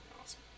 awesome